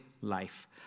life